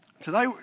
Today